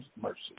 mercy